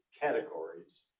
categories